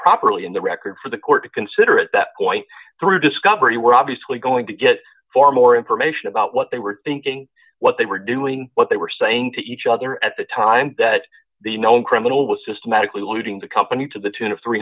properly in the record for the court to consider at that point through discovery we're obviously going to get far more information about what they were thinking what they were doing what they were saying to each other at the time that the known criminal was systematically looting the company to the tune of three